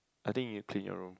I think you need to clean your room